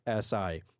Si